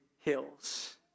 hills